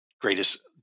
greatest